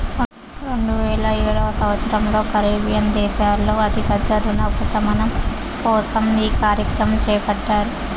రెండువేల ఏడవ సంవచ్చరంలో కరేబియన్ దేశాల్లో అతి పెద్ద రుణ ఉపశమనం కోసం ఈ కార్యక్రమం చేపట్టారు